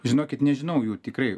žinokit nežinau jų tikrai